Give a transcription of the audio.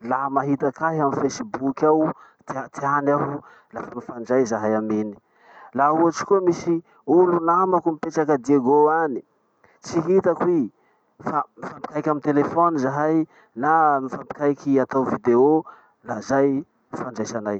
Laha mahitak'ahy amy Facebook ao, teateany aho, lafa mifandray zahay aminy. Laha ohatsy koa misy olo namako mipetraky a Diego any, tsy hitako i, fa mifampikaiky amy telefony zahay na mifampikaiky atao video la zay ifandraisanay.